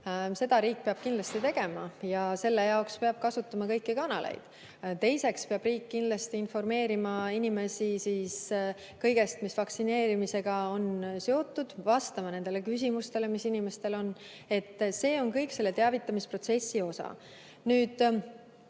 peab riik kindlasti tegema ja selle jaoks peab kasutama kõiki kanaleid. Teiseks peab riik kindlasti informeerima inimesi kõigest, mis vaktsineerimisega on seotud, vastama nendele küsimustele, mis inimestel on. See on kõik teavitamisprotsessi osa.